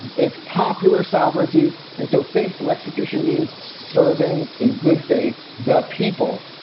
it's popular sovereignty. and so faithful execution means serving in good faith, the people,